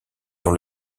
dans